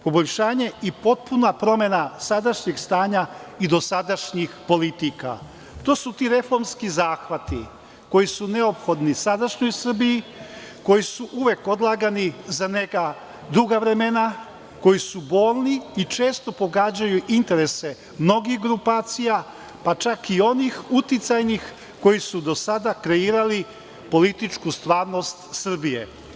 Poboljšanje i potpuna promena sadašnjeg stanja i dosadašnjih politika, to su ti reformski zahvati koji su neophodni sadašnjoj Srbiji, koji su uvek odlagani za neka druga vremena, koji su bolni i često pogađaju interese mnogih grupacija, pa čak i onih uticajnih koji su do sada kreirali političku stvarnost Srbije.